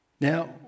Now